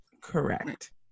Correct